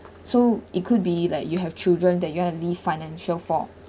so it could be like you have children that you are need~ financial for